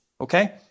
Okay